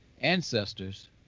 ancestors